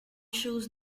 shows